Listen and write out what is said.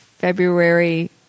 February